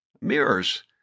Mirrors